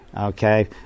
okay